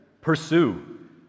Pursue